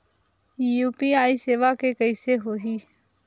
UPI सेवा के कइसे होही?